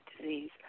disease